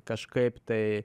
kažkaip tai